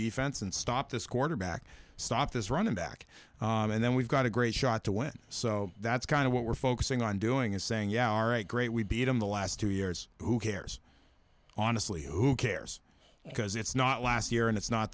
defense and stop this quarterback stop this running back and then we've got a great shot to win so that's kind of what we're focusing on doing is saying you are a great we beat in the last two years who cares honestly who cares because it's not last year and it's not